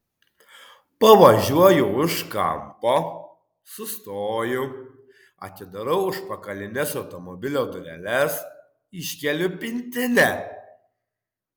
pavažiuoju už kampo sustoju atidarau užpakalines automobilio dureles iškeliu pintinę